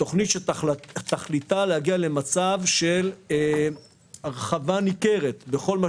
זאת תכנית שתכליתה להגיע למצב של הרחבה ניכרת בכל מה